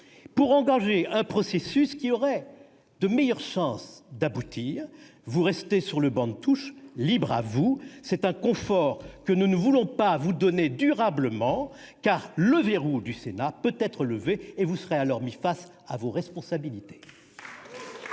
pour engager un processus qui aurait de meilleures chances d'aboutir. Très bien ! Vous restez sur le banc de touche, libre à vous ! C'est un confort que nous ne voulons pas vous donner durablement, car le verrou du Sénat peut être levé et vous serez alors mis face à vos responsabilités.